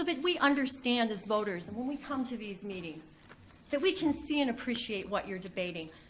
so that we understand as voters when we come to these meetings that we can see and appreciate what you're debating.